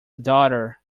daughter